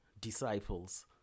disciples